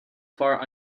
far